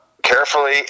carefully